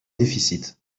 déficit